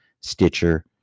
Stitcher